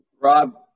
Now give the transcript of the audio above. Rob